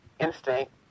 instinct